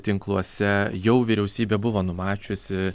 tinkluose jau vyriausybė buvo numačiusi